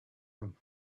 them